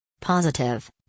Positive